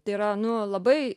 tai yra nu labai